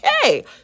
Okay